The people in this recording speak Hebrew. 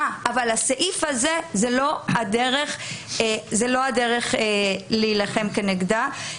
הסעיף הזה הוא לא הדרך להילחם כנגד התופעה הזאת.